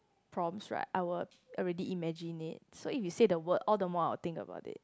prompt right I will already imagine it so if you say the word all the more I will think about it